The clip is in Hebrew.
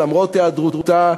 למרות היעדרותה,